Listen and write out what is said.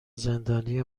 زندانی